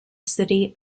city